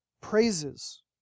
praises